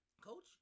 Coach